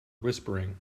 whispering